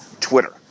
Twitter